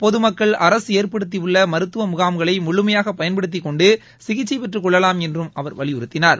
பொதுமக்கள் அரசு ஏற்படுத்தியுள்ள மருத்துவ முகாம்களை முழுமையாக பயன்படுத்திக் கொண்டு சிகிச்சை பெற்றுக் கொள்ளலாம் என்றும் அவர் வலியுறுத்தினார்